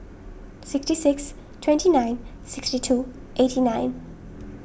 sixty six twenty nine sixty two eighty nine